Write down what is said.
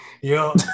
yo